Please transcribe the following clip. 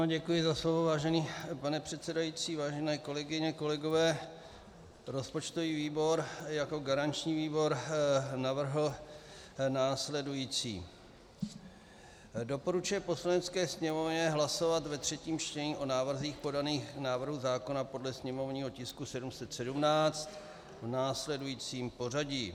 Děkuji za slovo, vážený pane předsedající, vážené kolegyně, kolegové, rozpočtový výbor jako garanční výbor navrhl následující: Doporučuje Poslanecké sněmovně hlasovat ve třetím čtení o návrzích, podaných k návrhu zákona podle sněmovního tisku 717 v následujícím pořadí.